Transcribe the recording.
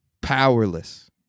powerless